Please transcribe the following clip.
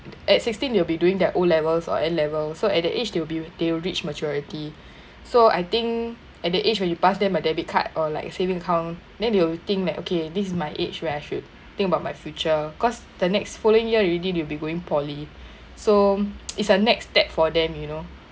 at sixteen they will be doing their O levels or N levels so at that age they will be they will reach maturity so I think at the age when you pass them or debit card or like saving account then they will think like okay this my age where I should think about my future cause the next following year already they will be going poly so it's a next step for them you know